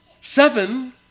Seven